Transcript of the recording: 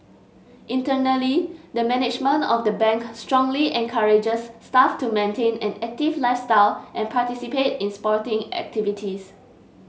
internally the management of the Bank strongly encourages staff to maintain an active lifestyle and participate in sporting activities